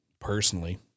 personally